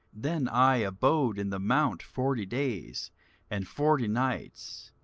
then i abode in the mount forty days and forty nights,